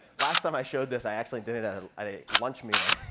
last time i showed this, i actually did it at ah at a lunch meeting,